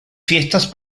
fiestas